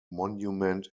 monument